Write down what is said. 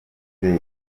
nyuma